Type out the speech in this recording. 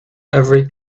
every